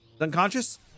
unconscious